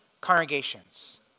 congregations